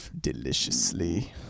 Deliciously